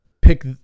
pick